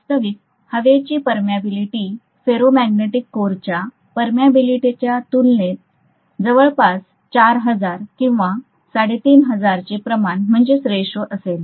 वास्तविक हवेची permeability ferromagnetic कोरच्या परमियाबीलिटीच्या तुलनेत जवळपास 4000 किंवा 3500 चे प्रमाण असेल